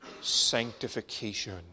sanctification